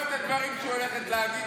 אני לא אוהב את הדברים שהיא הולכת להגיד.